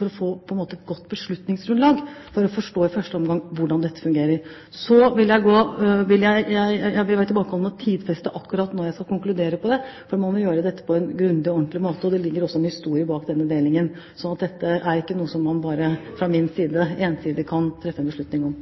for å få et godt beslutningsgrunnlag for i første omgang å forstå hvordan dette fungerer. Jeg vil være tilbakeholden med å tidfeste akkurat når jeg skal konkludere her, for vi må gjøre dette på en grundig og ordentlig måte. Det ligger også en historie bak denne delingen, slik at dette er ikke noe som man fra min side bare ensidig kan treffe en beslutning om.